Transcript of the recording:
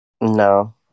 No